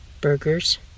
Burgers